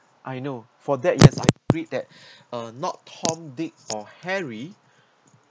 I know for that I agreed that uh not tom dick or harry